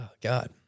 God